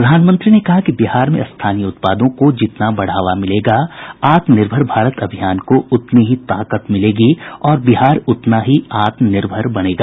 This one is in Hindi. प्रधानमंत्री ने कहा कि बिहार में स्थानीय उत्पादों को जितना बढ़ावा मिलेगा आत्मनिर्भर भारत अभियान को उतनी ही ताकत मिलेगी और बिहार उतना ही आत्मनिर्भर बनेगा